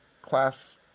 class